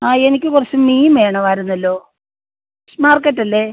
ആ എനിക്ക് കുറച്ച് മീൻ വേണമായിരുന്നല്ലോ ഫിഷ് മാർക്കറ്റല്ലേ